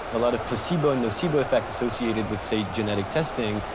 a lot of placebo nocebo effects associated with, say, genetic testing,